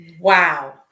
Wow